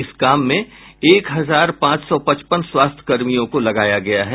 इस काम में एक हजार पांच सौ पचपन स्वास्थ्यकर्मियों को लगाया गया है